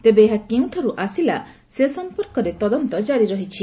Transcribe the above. ତେବେ ଏହା କେଉଁଠାର୍ ଆସିଲା ସେ ସଂପର୍କରେ ତଦନ୍ତ ଜାରି ରହିଛି